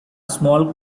small